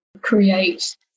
create